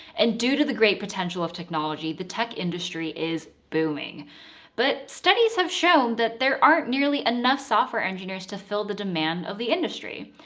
and due to the great potential of technology, the tech industry is booming but studies have shown that there aren't nearly enough software engineers to fill the demand of the industry.